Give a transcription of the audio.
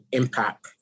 impact